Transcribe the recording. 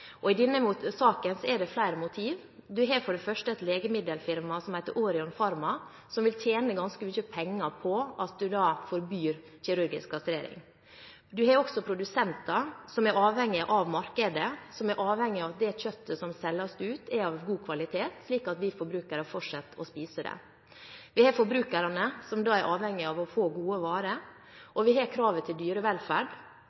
I denne saken er det flere motiver. En har for det første et legemiddelfirma som heter Orion Pharma, som vil tjene ganske mye penger på at en forbyr kirurgisk kastrering. En har også produsenter som er avhengige av markedet, som er avhengige av at det kjøttet som selges ut, er av god kvalitet, slik at vi forbrukere fortsetter å spise det. Vi har forbrukerne, som er avhengige av å få gode varer,